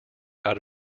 out